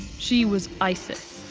she was isis,